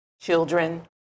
children